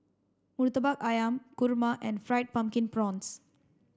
Murtabak Ayam Kurma and fried pumpkin prawns